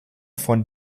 von